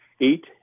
Eight